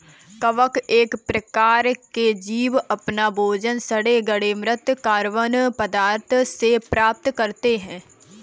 कवक एक प्रकार के जीव अपना भोजन सड़े गले म्रृत कार्बनिक पदार्थों से प्राप्त करते हैं